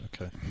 Okay